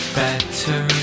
better